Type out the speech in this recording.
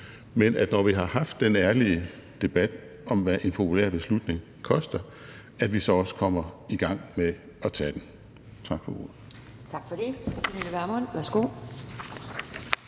men at vi, når vi har haft den ærlige debat om, hvad en populær beslutning koster, så også kommer i gang med at tage den. Tak for ordet.